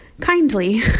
kindly